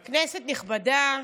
אדוני השר, כנסת נכבדה,